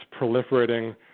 proliferating